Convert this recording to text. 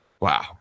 Wow